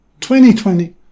2020